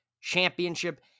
Championship